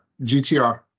GTR